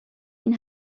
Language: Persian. این